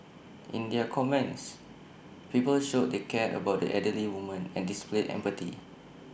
in their comments people showed they cared about the elderly woman and displayed empathy